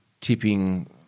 tipping